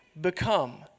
become